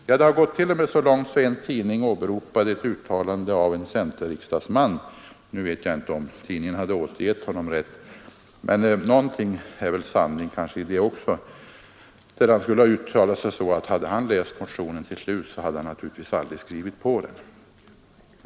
Ja, det har t.o.m. gått så långt att en tidning åberopade ett uttalande av en centerriksdagsman — nu vet jag inte om tidningen hade återgett honom rätt, men någonting är väl sanning i det också — som skulle ha uttalat, att om han läst motionen till slut hade han naturligtvis aldrig skrivit på den.